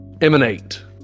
emanate